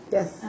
Yes